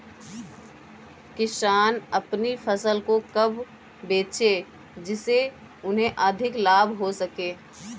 किसान अपनी फसल को कब बेचे जिसे उन्हें अधिक लाभ हो सके?